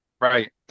Right